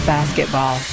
Basketball